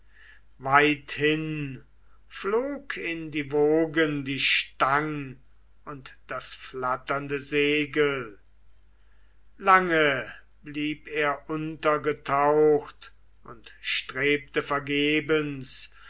weithin flog in die wogen die stang und das flatternde segel lange blieb er untergetaucht und strebte vergebens